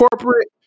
corporate